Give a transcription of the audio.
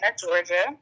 Georgia